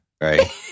right